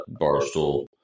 Barstool